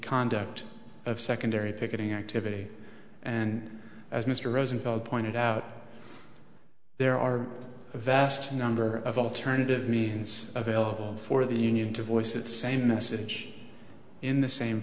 conduct of secondary picketing activity and as mr rosenfeld pointed out there are a vast number of alternative means available for the union to voice its same message in the same